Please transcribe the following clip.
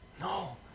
No